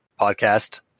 podcast